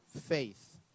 faith